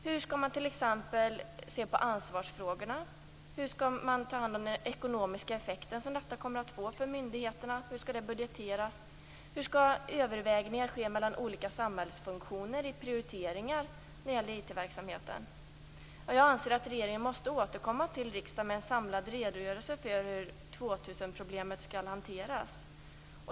Hur skall det bli med ansvarsfrågorna? Hur skall den ekonomiska effekten för myndigheterna budgeteras? Hur skall övervägningar gå till i prioriteringarna av IT-verksamheten i olika samhällsfunktioner? Jag anser att regeringen måste återkomma till riksdagen med en samlad redogörelse för hur 2000 problemet skall hanteras.